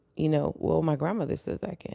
you know well my grandmother says i